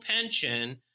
pension